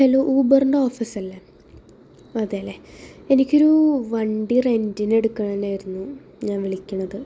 hello ഊബറിൻ്റെ ഓഫീസല്ലേ അതെല്ലേ എനിക്കൊരു വണ്ടി റെന്റിനെടുക്കാനായിരുന്നു ഞാൻ വിളിക്കണത്